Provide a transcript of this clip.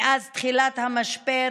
ומאז תחילת המשבר